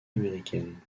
américaine